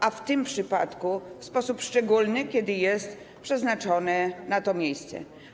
A w tym przypadku w sposób szczególny, skoro jest przeznaczone na to miejsce.